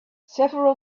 several